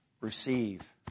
Receive